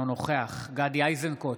אינו נוכח גדי איזנקוט,